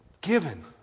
Given